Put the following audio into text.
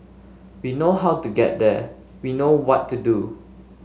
we know how to get there we know what to do